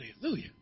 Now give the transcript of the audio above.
Hallelujah